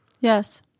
Yes